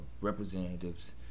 representatives